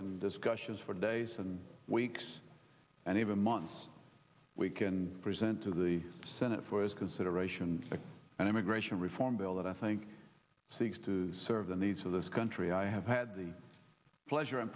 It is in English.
and discussions for days and weeks and even months we can present to the senate for as consideration an immigration reform bill that i think seeks to serve the needs of this country i have had the pleasure and